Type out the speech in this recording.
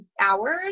hours